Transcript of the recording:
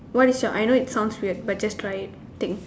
what is your I know it sounds weird but just try it think